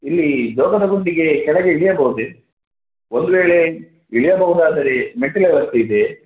ಇಲ್ಲಿ ಜೋಗದ ಗುಂಡಿಗೆ ಕೆಳಗೆ ಇಳಿಯಬಹುದೇ ಒಂದು ವೇಳೆ ಇಳಿಯಬಹುದಾದರೆ ಮೆಟ್ಟಿಲ ವ್ಯವಸ್ಥೆ ಇದೆಯೇ